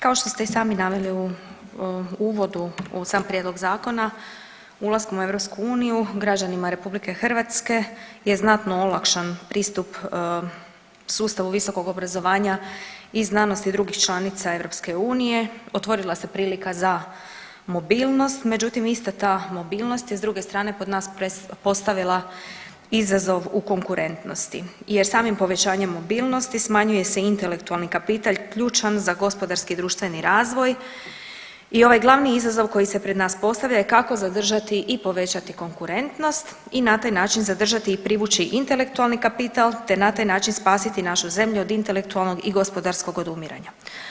Kao što ste i sami naveli u uvodu u sam Prijedlog zakona, ulaskom u EU građanima RH je znatno olakšan pristup sustavu visokog obrazovanja i znanosti drugih članica EU, otvorila se prilika za mobilnost, međutim, ista ta mobilnost je s druge strane, kod nas postavila izazov u konkurentnosti jer samim povećanjem mobilnosti smanjuje se intelektualni kapital ključan za gospodarski i društveni razvoj i ovaj glavni izazov koji se pred nas postavlja je kako zadržati i povećati konkurentnost i na taj način zadržati i privući intelektualni kapital te na taj način spasiti našu zemlju od intelektualnog i gospodarskog odumiranja.